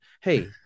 hey